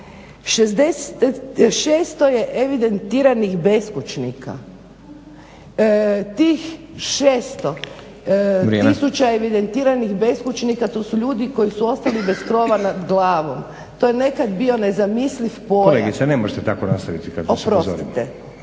600 je evidentiranih beskućnika. Tih 600 tisuća evidentiranih beskućnika to su ljudi koji su ostali bez krova nad glavom. To je nekad bio nezamisliv pojam. **Stazić, Nenad (SDP)** Kolegice, ne možete tako nastaviti kad vas upozorim. **Sumrak,